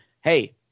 hey